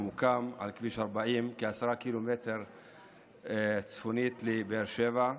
הממוקם על כביש 40, כ-10 ק"מ צפונית לבאר שבע,